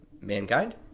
Mankind